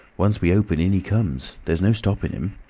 once we open, in he comes. there's no stopping him.